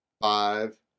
Five